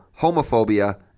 homophobia